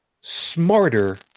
smarter